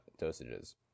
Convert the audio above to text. dosages